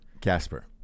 Casper